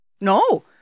No